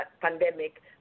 pandemic